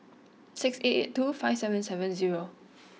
six eight eight two five seven seven zero